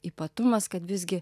ypatumas kad visgi